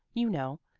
you know,